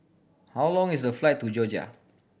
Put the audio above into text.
how long is the flight to Georgia